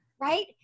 right